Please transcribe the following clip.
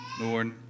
Lord